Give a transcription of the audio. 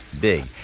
big